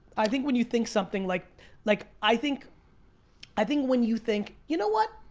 i think when you think something, like like i think i think when you think, you know what?